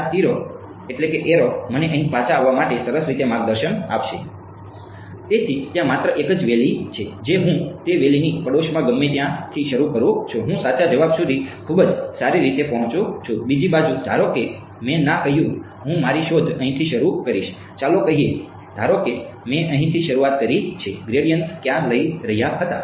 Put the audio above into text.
આ તીરો મને અહીં પાછા આવવા માટે સરસ રીતે માર્ગદર્શન આપશે તેથી ત્યાં માત્ર એક જ વેલી ધારો કે મેં અહીંથી શરૂઆત કરી છે ગ્રેડિએન્ટ્સ ક્યાં લઈ રહ્યા હતા